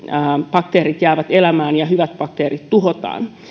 bakteerit jäävät elämään ja hyvät bakteerit tuhotaan